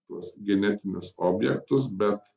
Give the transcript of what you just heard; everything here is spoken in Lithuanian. tuos genetinius objektus bet